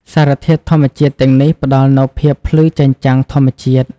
សារធាតុធម្មជាតិទាំងនេះផ្តល់នូវភាពភ្លឺចែងចាំងធម្មជាតិ។